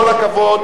עם כל הכבוד,